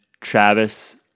Travis